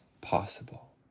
possible